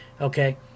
Okay